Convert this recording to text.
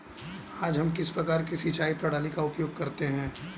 आज हम किस प्रकार की सिंचाई प्रणाली का उपयोग करते हैं?